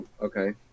Okay